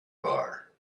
bar